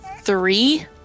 three